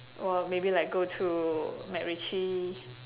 or maybe like go to MacRitchie